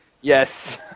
yes